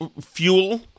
fuel